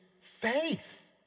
faith